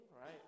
right